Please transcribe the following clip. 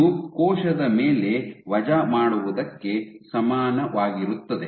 ಇದು ಕೋಶದ ಮೇಲೆ ವಜಾ ಮಾಡುವುದಕ್ಕೆ ಸಮಾನವಾಗಿರುತ್ತದೆ